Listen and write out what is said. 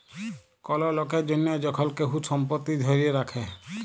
call লকের জনহ যখল কেহু সম্পত্তি ধ্যরে রাখে